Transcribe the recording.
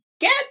Get